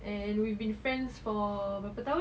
and we been friends for berapa tahun